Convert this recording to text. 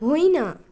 होइन